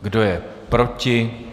Kdo je proti?